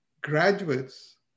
graduates